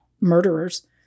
murderers